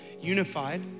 unified